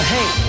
Hey